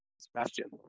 Sebastian